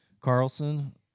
Carlson